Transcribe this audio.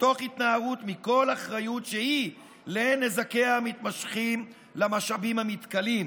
ותוך התנערות מכל אחריות שהיא לנזקיה המתמשכים למשאבים המתכלים.